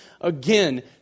again